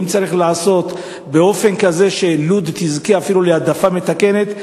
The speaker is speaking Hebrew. ואם צריך לעשות באופן כזה שלוד תזכה אפילו להעדפה מתקנת.